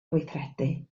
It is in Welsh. gweithredu